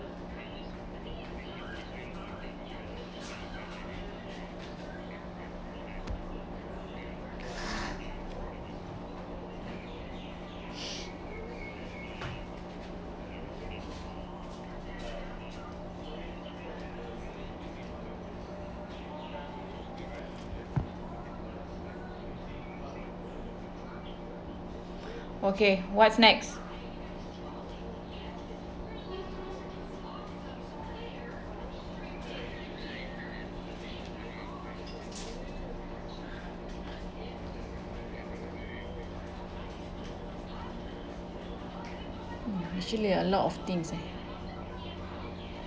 okay what's next actually a lot of things eh